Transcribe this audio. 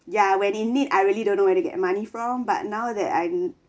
ya when in need I really don't know where to get money from but now that I